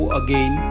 again